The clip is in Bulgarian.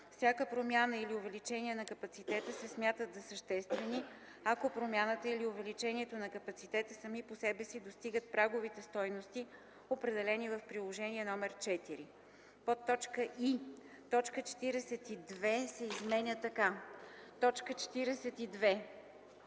Всяка промяна или увеличение на капацитета се смятат за съществени, ако промяната или увеличението на капацитета сами по себе си достигат праговите стойности, определени в Приложение № 4.”; и) точка 42 се изменя така: „42.